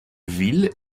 ville